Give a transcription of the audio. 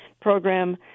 program